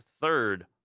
third